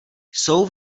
jsou